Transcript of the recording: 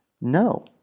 No